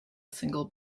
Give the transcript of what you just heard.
single